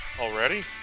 Already